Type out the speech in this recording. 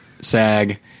SAG